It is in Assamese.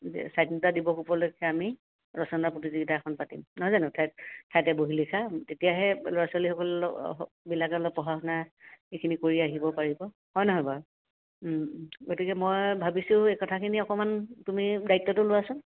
যে স্বাধীনতা দিৱস উপলক্ষে আমি ৰচনা প্ৰতিযোগিতা এখন পাতিম নহয় জানো ঠাইত ঠাইতে বহি লিখা তেতিয়াহে ল'ৰা ছোৱালীসকলক অঁ সক বিলাকে অলপ পঢ়া শুনা এইখিনি কৰি আহিব পাৰিব হয় নহয় বাৰু গতিকে মই ভাবিছো এই কথাখিনি অকণমান তুমি দায়িত্বটো লোৱাচোন